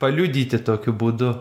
paliudyti tokiu būdu